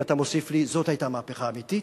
ואתה מוסיף לי "זאת היתה המהפכה האמיתית",